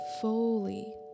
fully